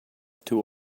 too